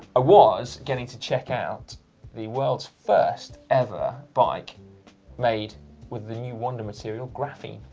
was getting to check out the world's first ever bike made with the new wonder material, graphene.